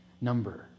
number